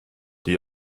die